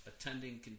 attending